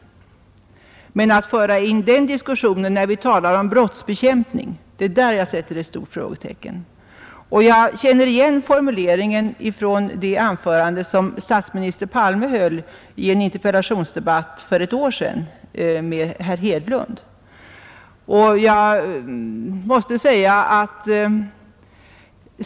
Men jag sätter ett stort frågetecken för att statsrådet för in den diskussionen när vi talar om brottsbekämpning. Jag känner igen formuleringen från det anförande som statsminister Palme höll i en interpellationsdebatt för ett år sedan med herr Hedlund.